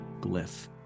glyph